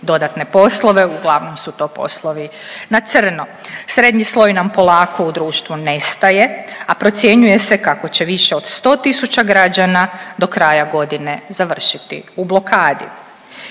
dodatne poslove. Uglavnom su to poslovi na crno. Srednji sloj nam polako u društvu nestaje, a procjenjuje se kako će više od 100 000 građana do kraja godine završiti u blokadi.